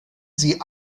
sie